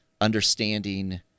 understanding